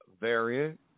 variant